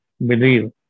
believe